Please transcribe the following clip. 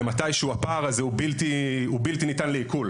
ובשלב מסוים הפער שנוצר מכך הוא בלתי ניתן לעיכול.